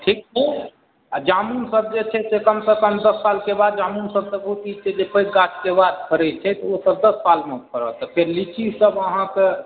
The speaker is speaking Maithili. ठीक छै आ जामुन सब जे छै से कमसँ कम दश सालके बाद जामुन सब तऽ ओ छै जे पैघ गाछके बात करैत छियै तऽ ओ सब दश सालमे फड़त फेर लीची सब अहाँकेँ